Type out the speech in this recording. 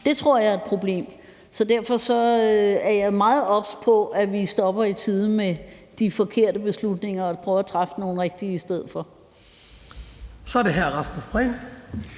Det tror jeg er et problem. Så derfor er jeg meget obs på, at vi stopper i tide med de forkerte beslutninger og prøver at træffe nogle rigtige i stedet for. Kl. 18:57 Den fg.